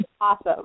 Awesome